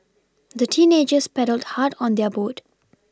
the teenagers paddled hard on their boat